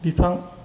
बिफां